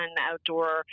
outdoor